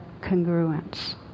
congruence